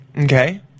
Okay